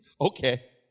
Okay